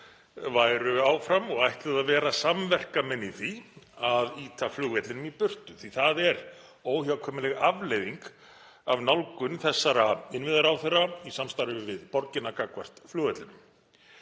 væru áfram og ætluðu að vera samverkamenn í því að ýta flugvellinum í burtu, því það er óhjákvæmileg afleiðing af nálgun þessara innviðaráðherra í samstarfi við borgina gagnvart flugvellinum.